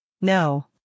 No